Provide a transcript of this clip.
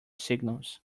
signals